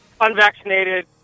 unvaccinated